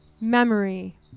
memory